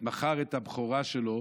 מכר את הבכורה שלו